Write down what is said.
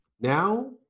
Now